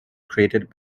created